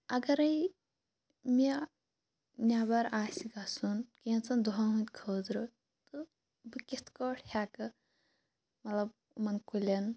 اگرے مےٚ نٮ۪بَر آسہِ گَژھُن کینٛژھَن دۄہَن ہندۍ خٲطرٕ تہٕ بہٕ کِتھ کٲٹھۍ ہیٚکہٕ مطلب یِمَن کُلٮ۪ن